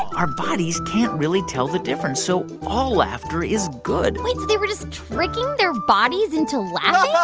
our bodies can't really tell the difference, so all laughter is good wait, so they were just tricking their bodies into laughing?